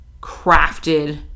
crafted